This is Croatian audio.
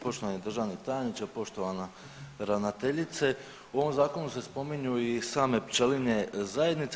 Poštovani državni tajniče, poštovana ravnateljice, u ovom zakonu se spominju i same pčelinje zajednice.